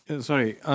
Sorry